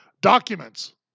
documents